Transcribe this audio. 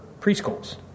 preschools